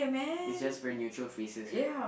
it's just very neutral faces right